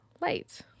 light